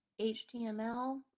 html